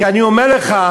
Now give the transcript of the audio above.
כי אני אומר לך,